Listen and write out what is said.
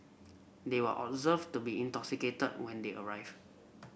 they were observed to be intoxicated when they arrived